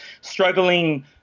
struggling